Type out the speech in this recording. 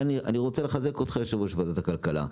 אני רוצה לחזק אותך, יושב-ראש ועדת הכלכלה,